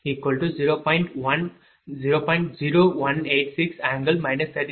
0040